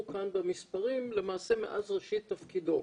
כאן במספרים למעשה מאז ראשית תפקידו,